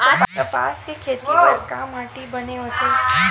कपास के खेती करे बर का माटी बने होथे?